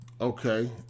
Okay